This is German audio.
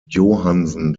johansen